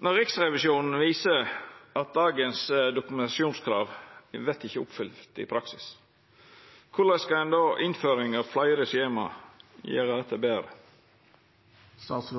Når Riksrevisjonen viser at dokumentasjonskrava av i dag ikkje vert oppfylte i praksis, korleis skal då innføring av fleire skjema gjera dette betre? Det synes